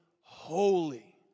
holy